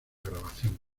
grabación